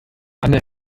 anne